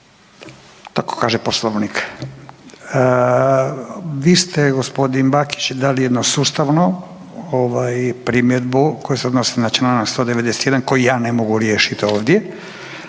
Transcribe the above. tako kaže Poslovnik. Vi ste gospodin Bakić dali jedno sustavno ovaj primjedbu koja se odnosi na čl.191 koji ja ne mogu riješit ovdje